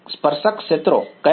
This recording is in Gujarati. સ્પર્શક ક્ષેત્રો ક્યાં